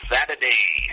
Saturday